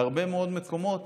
בהרבה מאוד מקומות